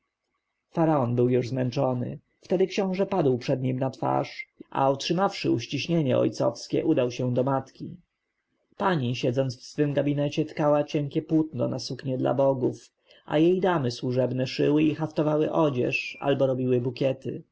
faraon był już zmęczony więc książę padł przed nim na twarz a otrzymawszy uściśnienie ojcowskie udał się do matki pani siedząc w swym gabinecie tkała cienkie płótno na suknie dla bogów a jej damy służebne szyły i haftowały odzież albo robiły bukiety